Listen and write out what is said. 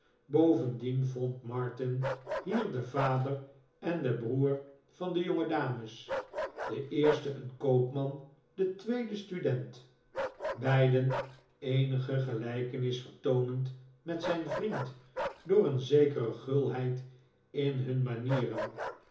bovendien vond martin hier den vader en den broer van de jongedames de eerste een koopman de tweede student beiden eenige gelijkenis vertoonend met zijn vriend door een zekere gulheid in hun manieren